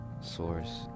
source